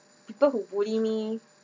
people who bully me